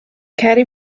ceri